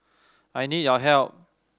I need your help